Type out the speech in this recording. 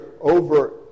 over